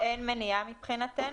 אין מניעה מבחינתנו.